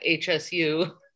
HSU